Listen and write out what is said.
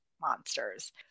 monsters